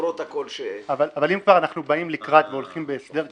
למרות הכל --- אבל אם כבר אנחנו באים לקראת והולכים בהסדר כזה,